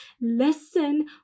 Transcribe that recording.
listen